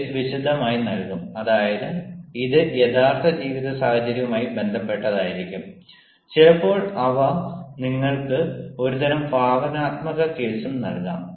case വിശദമായി നൽകും അതായത് ഇത് യഥാർത്ഥ ജീവിത സാഹചര്യവുമായി ബന്ധപ്പെട്ടതായിരിക്കും ചിലപ്പോൾ അവ നിങ്ങൾക്ക് ഒരുതരം ഭാവനാത്മക കേസും നൽകാം